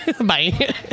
Bye